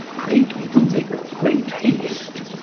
pray'd me to make great hast.